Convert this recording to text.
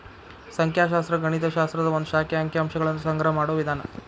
ಸಂಖ್ಯಾಶಾಸ್ತ್ರ ಗಣಿತ ಶಾಸ್ತ್ರದ ಒಂದ್ ಶಾಖೆ ಅಂಕಿ ಅಂಶಗಳನ್ನ ಸಂಗ್ರಹ ಮಾಡೋ ವಿಧಾನ